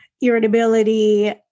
irritability